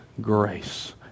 grace